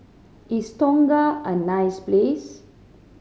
is Tonga a nice place